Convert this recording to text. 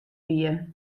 wie